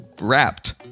wrapped